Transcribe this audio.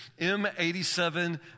M87